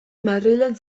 madrilen